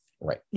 Right